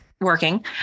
working